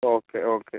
okay okay